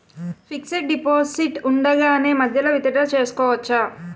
Fixed deposit ఉండగానే మధ్యలో withdraw చేసుకోవచ్చా?